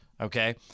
okay